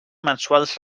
mensuals